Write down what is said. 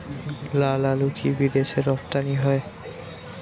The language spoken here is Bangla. লালআলু কি বিদেশে রপ্তানি হয়?